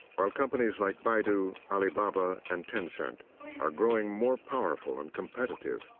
while companies like baidu, alibaba, and tencent are growing more powerful and competitive,